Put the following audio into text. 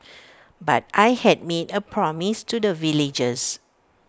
but I had made A promise to the villagers